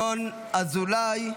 אני מזמין את חבר הכנסת ינון אזולאי.